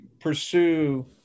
pursue